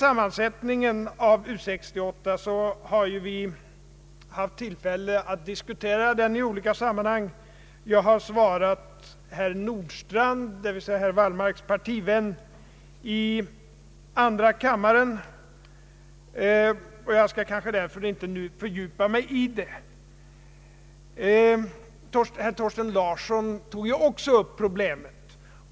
Sammansättningen av U 68 har vi haft tillfälle att diskutera i olika sammanhang. Jag har svarat herr Nordstrandh, herr Wallmarks partikamrat i andra kammaren, och jag skall därför inte fördjupa mig i frågan nu. Herr Thorsten Larsson tog också upp problemet.